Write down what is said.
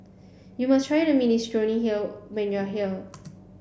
you must try the Minestrone hill when you are here